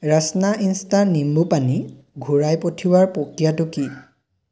Rasna insta নিম্বুপানী ঘূৰাই পঠিওৱাৰ প্ৰক্ৰিয়াটো কি